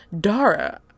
Dara